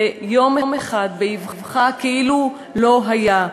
ביום אחד, באבחה, כאילו לא היה.